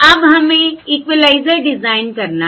अब हमें equaliser design करना है